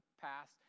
past